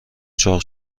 چاق